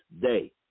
day